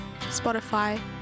Spotify